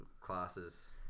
classes